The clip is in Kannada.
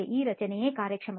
ಈ ರಚನೆಯ ಕಾರ್ಯಕ್ಷಮತೆ